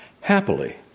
Happily